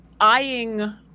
eyeing